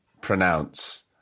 pronounce